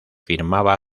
firmaba